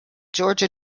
georgia